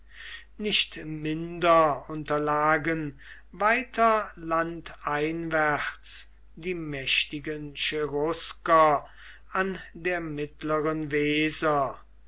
nicht minder unterlagen weiter landeinwärts die mächtigen cherusker an der mittleren